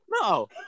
No